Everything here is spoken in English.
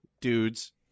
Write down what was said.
dudes